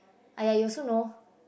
aye you also know